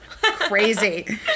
Crazy